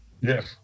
Yes